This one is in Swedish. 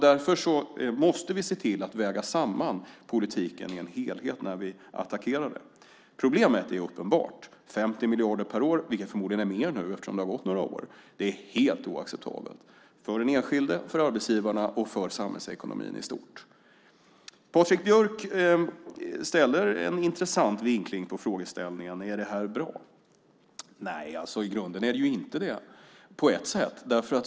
Därför måste vi se till att väga samman allt i politiken i en helhet när vi attackerar den. Problemet är uppenbart - 50 miljarder per år. Det är förmodligen mer nu, för det har gått några år. Det är helt oacceptabelt för den enskilde, för arbetsgivarna och för samhällsekonomin i stort. Patrik Björck har en intressant vinkling på frågan: Är det här bra? Nej, i grunden är det inte det på ett sätt.